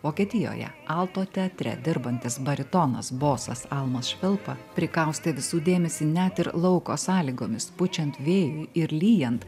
vokietijoje alto teatre dirbantis baritonas bosas almos švilpa prikaustė visų dėmesį net ir lauko sąlygomis pučiant vėjui ir lyjant